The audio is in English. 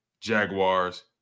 Jaguars